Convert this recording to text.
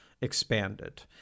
expanded